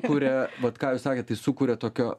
kuria vat ką jūs sakėt tai sukuria tokio